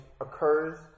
occurs